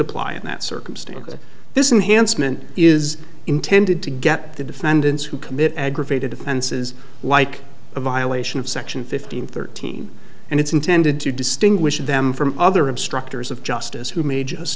apply in that circumstance that this enhanced mint is intended to get the defendants who commit aggravated offenses like a violation of section fifteen thirteen and it's intended to distinguish them from other instructors of justice who may just